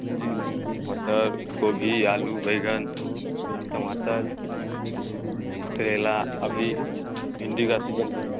जी मटर गोभी आलू बैंगन टमाटर जी करेला अभी भिंडी का सीजन है